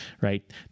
right